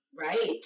right